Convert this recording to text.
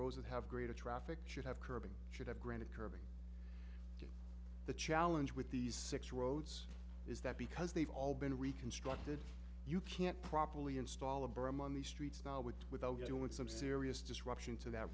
rose and have greater traffic should have curb should have granted curbing the challenge with these six roads is that because they've all been reconstructed you can't properly install a berm on the streets now with without doing some serious disruption to that